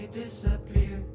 disappear